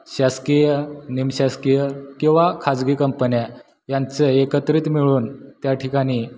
शासकीय निमशासकीय किंवा खाजगी कंपन्या यांचं एकत्रित मिळून त्या ठिकाणी